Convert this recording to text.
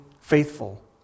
faithful